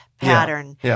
pattern